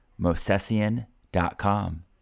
mosesian.com